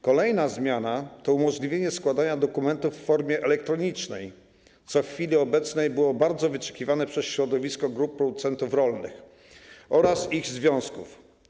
Kolejna zmiana to umożliwienie składania dokumentów w formie elektronicznej, co w chwili obecnej jest bardzo wyczekiwane przez środowisko grup producentów rolnych oraz ich związków.